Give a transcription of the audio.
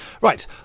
Right